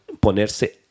ponerse